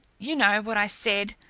you know what i said.